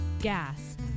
gas